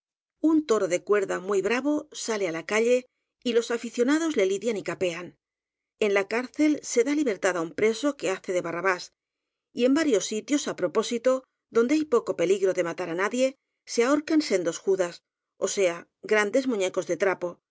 un toro de cuerda muy bravo sale á la calle y los aficionados le lidian y capean en la cárcel se da libertad á un preso que hace de barrabás y en varios sitios á propósito donde hay poco peligro de matar á na die se ahorcan sendos judas ó sea grandes muñe cos de trapo